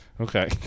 Okay